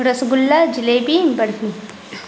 رس گلہ جلیبی برفی